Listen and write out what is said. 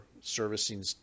servicing